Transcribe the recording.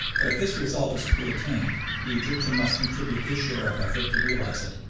but if this result is to be attained the egyptian must contribute his share of effort to realise it.